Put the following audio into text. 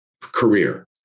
career